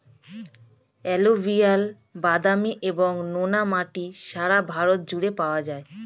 alluvial, বাদামি এবং নোনা মাটি সারা ভারত জুড়ে পাওয়া যায়